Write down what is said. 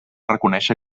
reconèixer